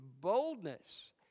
boldness